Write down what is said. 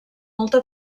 molta